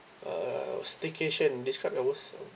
uh staycation describe your worst uh